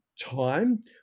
time